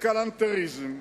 לכלנתריזם,